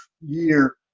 year